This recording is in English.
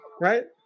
Right